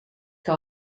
que